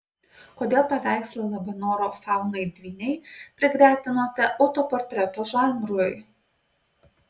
kodėl paveikslą labanoro faunai dvyniai prigretinote autoportreto žanrui